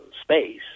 space